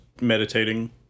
meditating